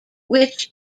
which